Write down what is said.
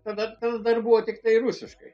tada kal dar buvo tiktai rusiškai